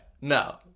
No